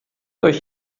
euch